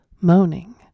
moaning